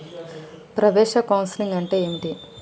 ప్రవేశ కౌన్సెలింగ్ అంటే ఏమిటి?